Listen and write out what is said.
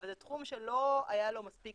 אבל זה תחום שלא היה לו מספיק